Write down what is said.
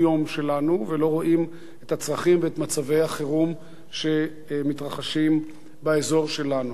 שלנו ולא רואים את הצרכים ואת מצבי החירום שמתרחשים באזור שלנו.